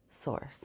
source